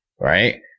right